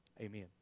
Amen